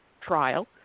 trial